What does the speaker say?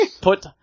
put